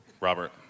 robert